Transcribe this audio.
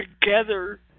together